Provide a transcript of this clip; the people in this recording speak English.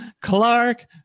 clark